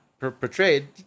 portrayed